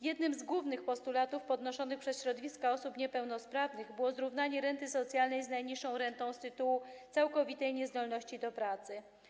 Jeden z głównych postulatów podnoszonych przez środowiska osób niepełnosprawnych dotyczył zrównania renty socjalnej z najniższą rentą z tytułu całkowitej niezdolności do pracy.